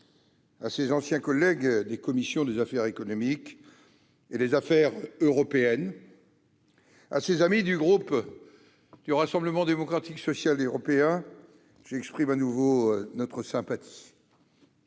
À ses anciens collègues des commissions des affaires économiques et des affaires européennes, à ses amis du groupe du Rassemblement Démocratique et Social Européen, j'exprime de nouveau notre sympathie.